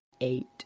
eight